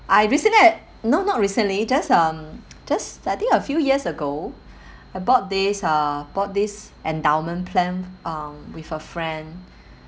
I recently I not not recently just um just I think a few years ago I bought this uh bought this endowment plan um with a friend